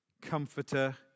Comforter